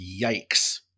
yikes